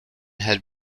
had